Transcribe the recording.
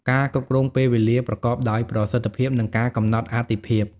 ការគ្រប់គ្រងពេលវេលា ប្រកបដោយប្រសិទ្ធភាព និងការកំណត់អាទិភាព។